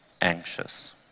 anxious